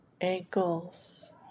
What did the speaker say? ankles